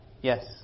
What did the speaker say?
Yes